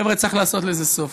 חבר'ה, צריך לעשות לזה סוף.